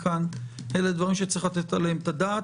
זה מצב שצריך לתת עליו את הדעת.